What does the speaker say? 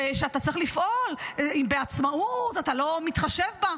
שאתה צריך לפעול בעצמאות, אתה לא מתחשב בה.